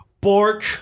Bork